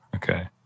Okay